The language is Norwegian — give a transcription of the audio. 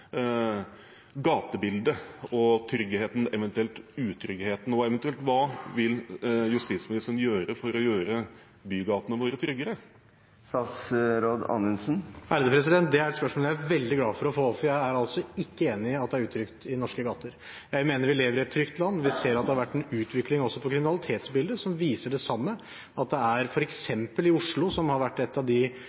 gatebildet og tryggheten, eventuelt utryggheten. Hva vil eventuelt justisministeren gjøre for å gjøre bygatene våre tryggere? Det er et spørsmål jeg er veldig glad for å få, for jeg er ikke enig i at det er utrygt i norske gater. Jeg mener at vi lever i et trygt land, vi ser at det har vært en utvikling også av kriminalitetsbildet som viser det samme – at f.eks. i Oslo, som har vært et av de